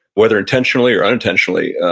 whether intentionally or unintentionally